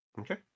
Okay